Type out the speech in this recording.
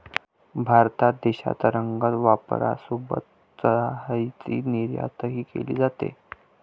भारतात देशांतर्गत वापरासोबत चहाची निर्यातही केली जाते